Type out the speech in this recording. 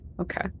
Okay